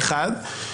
זה אחד.